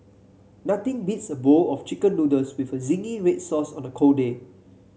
nothing beats a bowl of chicken noodles with a zingy red sauce on a cold day